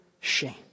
shame